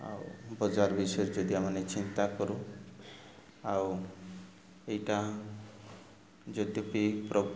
ଆଉ ବଜାର ବିଷୟରେ ଯଦି ଆମେ ଚିନ୍ତା କରୁ ଆଉ ଏଇଟା ଯଦି ବିି